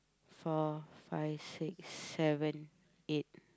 four five six seven eight